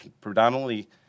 predominantly